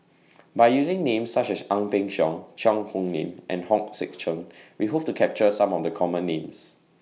By using Names such as Ang Peng Siong Cheang Hong Lim and Hong Sek Chern We Hope to capture Some of The Common Names